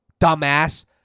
dumbass